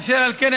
אשר על כן,